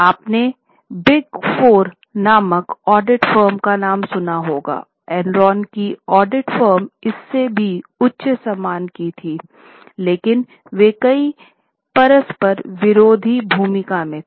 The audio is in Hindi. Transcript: आपने बिग फोर नामक ऑडिट फर्म का नाम सुना होगा एनरॉन की ऑडिट फर्म इससे भी उच्च सम्मान की थी लेकिन वे कई परस्पर विरोधी भूमिकाओं में थे